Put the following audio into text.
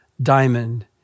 diamond